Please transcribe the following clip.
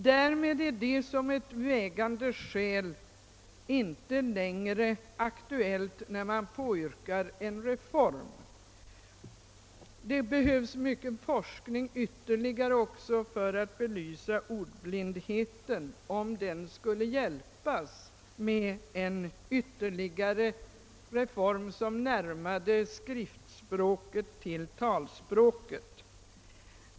Därmed är dessa svårigheter inte något vägande skäl för en reform, Det behövs mycken ytterligare forskning för att belysa frågan, huruvida de ordblinka skulle vara hjälpta av en reform som närmade skriftspråket till talspråket.